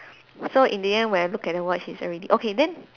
so in the end when I look at the watch it's already okay then